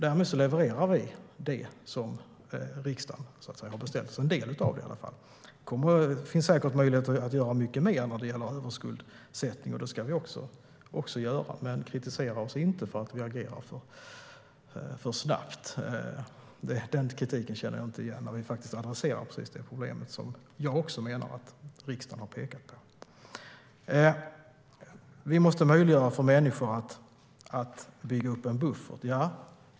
Därmed levererar vi det som riksdagen har beställt, en del av det i alla fall. Det finns säkert möjligheter att göra mycket mer när det gäller överskuldsättning, och det ska vi också göra. Men kritisera oss inte för att vi agerar för snabbt. Den kritiken känner jag inte igen. Vi adresserar faktiskt precis det problem som jag också menar att riksdagen har pekat på. Vi måste möjliggöra för människor att bygga upp en buffert.